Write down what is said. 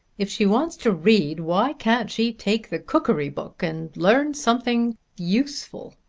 if she wants to read why can't she take the cookery book and learn something useful?